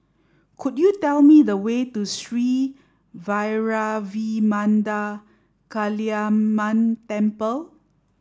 could you tell me the way to Sri Vairavimada Kaliamman Temple